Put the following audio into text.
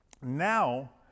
Now